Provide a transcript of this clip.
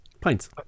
Pints